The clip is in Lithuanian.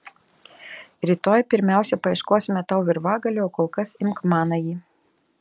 rytoj pirmiausia paieškosime tau virvagalio o kol kas imk manąjį